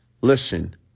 Listen